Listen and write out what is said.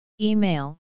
Email